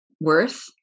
worth